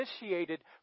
initiated